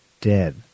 dead